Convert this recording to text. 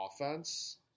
offense